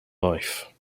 life